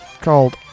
called